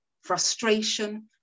frustration